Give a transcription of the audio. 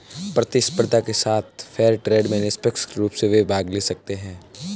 प्रतिस्पर्धा के साथ फेयर ट्रेड में निष्पक्ष रूप से वे भाग ले सकते हैं